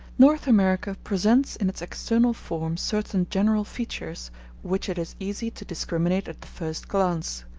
north america presents in its external form certain general features which it is easy to discriminate at the first glance.